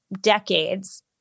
decades